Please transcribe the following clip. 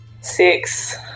six